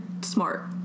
smart